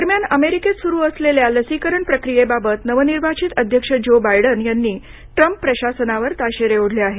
दरम्यान अमेरिकेत सुरू असलेल्या लसीकरण प्रक्रीयेबाबत नवनिर्वाचित अध्यक्ष ज्यो बायडन यांनी ट्रम्प प्रशासनावर ताशेरे ओढले आहेत